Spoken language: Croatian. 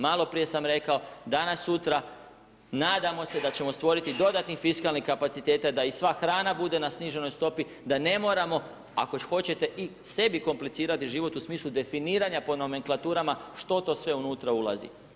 Malo prije sam rekao, danas-sutra nadamo se da ćemo stvoriti dodatni fiskalnih kapaciteta da i sva hrana bude na sniženoj stopi, da ne moramo, ako već hoćete i sebi komplicirati život u smislu definiranja po nomenklaturama što to sve unutra ulazi.